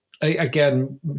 again